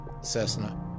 Cessna